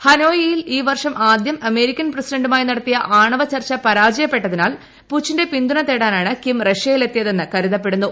ഹനോയിയിൽ ഈ വർഷം ആദ്യം അമേരിക്കൻ പ്രസിഡന്റുമായി നടത്തിയ ആണവ ചർച്ച പരാജയപ്പെട്ടതിനാൽ പുചിന്റെ പിന്തുണ തേടാനാണ് കിം റഷ്യയിലെത്തിയത്തെന്ന് കരുതപ്പെടുന്നു